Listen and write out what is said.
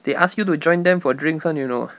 they ask you to join them for drinks [one] you know